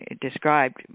described